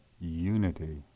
unity